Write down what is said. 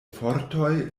fortoj